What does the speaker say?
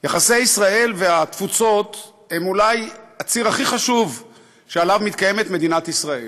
יחסי ישראל והתפוצות הם אולי הציר הכי חשוב שעליו מתקיימת מדינת ישראל,